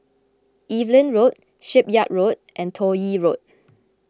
Evelyn Road Shipyard Road and Toh Yi Road